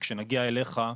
וכשנגיע אליך,